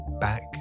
back